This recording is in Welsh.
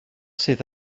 sydd